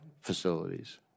facilities